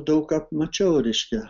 daug ką mačiau reiškia